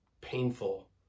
painful